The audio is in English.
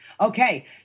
Okay